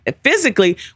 physically